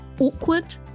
awkward